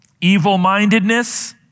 evil-mindedness